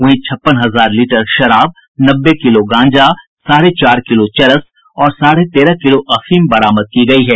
वहीं छप्पन हजार लीटर शराब नब्बे किलो गांजा साढ़े चार किलो चरस और साढ़े तेरह किलो अफीम बरामद की गयी है